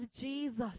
Jesus